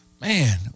Man